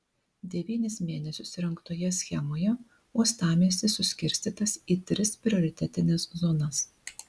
devynis mėnesius rengtoje schemoje uostamiestis suskirstytas į tris prioritetines zonas